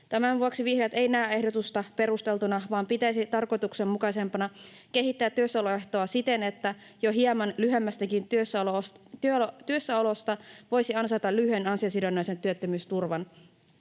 Tämän vuoksi vihreät eivät näe ehdotusta perusteltuna vaan pitäisivät tarkoituksenmukaisempana kehittää työssäoloehtoa siten, että jo hieman lyhyemmästäkin työssäolosta voisi ansaita lyhyen ansiosidonnaisen työttömyysturvan.